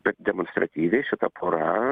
bet demonstratyviai šita pora